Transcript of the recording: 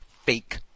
fake